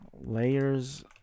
layers